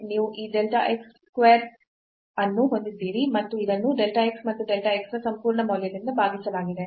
ನೀವು ಈ delta x square ಅನ್ನು ಹೊಂದಿದ್ದೀರಿ ಮತ್ತು ಇದನ್ನು delta x ಮತ್ತು delta x ನ ಈ ಸಂಪೂರ್ಣ ಮೌಲ್ಯದಿಂದ ಭಾಗಿಸಲಾಗಿದೆ